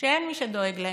שאין מי שדואג להם,